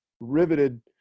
riveted